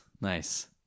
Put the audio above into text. Nice